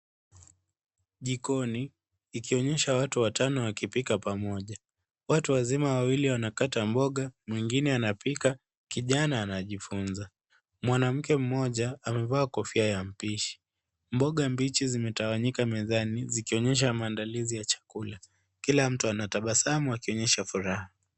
Jikoni ikionyesha watu watano wakipika pamoja. Watu wazima wawili wanakata mboga mwingine anapika kijana anajifunza. Mwanamke moja amevaa kofia ya mpishi, mboga mbichi imetawanyika mezani zikionyesha maandalizi ya chakula kula myu anatabasamu akionyesha furaha.